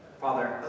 Father